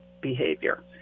behavior